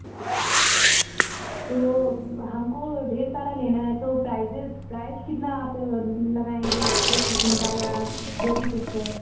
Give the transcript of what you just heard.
तो हमको ढेर सारा लेना है तो प्राइसेज़ प्राइस कितना आप लगाएँगे एक टिफिन का या जो भी कुछ है